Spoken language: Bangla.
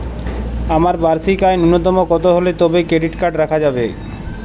আমার বার্ষিক আয় ন্যুনতম কত হলে তবেই ক্রেডিট কার্ড রাখা যাবে?